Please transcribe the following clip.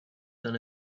than